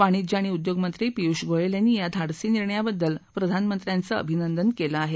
वाणिज्य आणि उद्योग मंत्री पियुष गोयल यांनी या धाडसी निर्णयाबद्दल प्रधानमंत्र्यांचे अभिनंदन केलं आहे